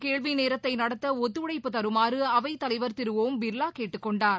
கேள்விநேரத்தை நடத்த ஒத்துழைப்பு தருமாறு அவைத்தலைவர் திரு ஓம் பிர்லா கேட்டுக்கொண்டார்